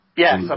Yes